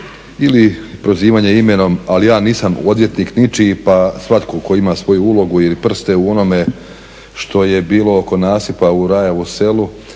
ili prozivanja imenom ali ja nisam odvjetnik ničiji pa svatko tko ima svoju ulogu ili prste u onome što je bilo oko nasipa u Rajevu Selu